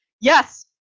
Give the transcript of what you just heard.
yes